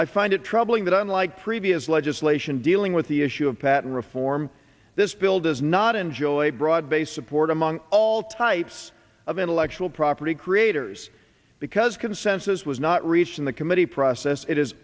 i find it troubling that unlike previous legislation dealing with the issue of patent reform this bill does not enjoy broad based support among all types of intellectual property creators because consensus was not reached in the committee process i